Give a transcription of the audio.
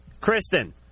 Kristen